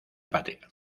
patria